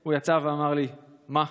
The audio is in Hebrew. הוא יצא ואמר לי: מה,